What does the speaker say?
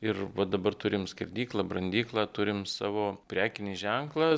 ir va dabar turim skerdyklą brandyklą turim savo prekinį ženklą